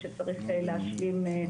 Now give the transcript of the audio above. שצריך להשלים.